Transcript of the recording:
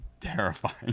terrifying